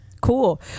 cool